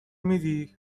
میدی